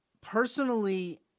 personally